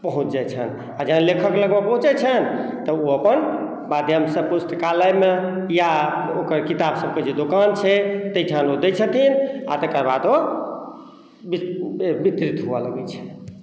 पहुँच जाइ छनि आ जहन लेखक लग मे पहुँचै छनि तऽ ओ अपन माध्यम सॅं पुस्तकालय मे या ओकर किताब सबके जे दुकान छै ताहि ठाम ओ दै छथिन आ तकर बाद ओ वितरित हुअ लगै छै